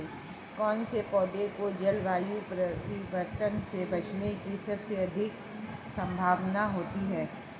कौन से पौधे को जलवायु परिवर्तन से बचने की सबसे अधिक संभावना होती है?